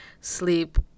sleep